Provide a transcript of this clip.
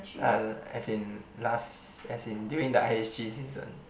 as in last as in during the i_h_g season